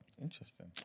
Interesting